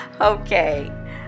Okay